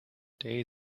day